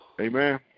Amen